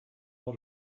lot